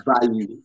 value